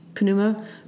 pneuma